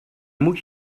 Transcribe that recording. moet